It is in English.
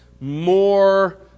More